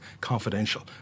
confidential